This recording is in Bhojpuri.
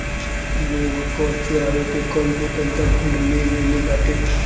लोग कर चोरावे के कईगो तरीका ढूंढ ले लेले बाटे